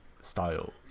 style